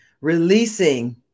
Releasing